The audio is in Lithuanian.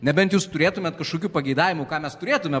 nebent jūs turėtumėt kažkokių pageidavimų ką mes turėtume